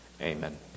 Amen